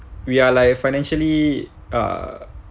we are like financially uh